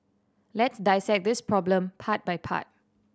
let's dissect this problem part by part